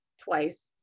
twice